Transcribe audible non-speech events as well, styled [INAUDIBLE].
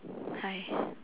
hi [BREATH]